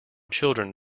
children